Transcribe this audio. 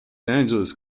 angeles